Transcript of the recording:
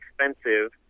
expensive